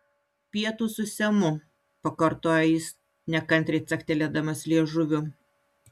pietūs su semu pakartojo jis nekantriai caktelėdamas liežuviu